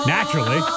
Naturally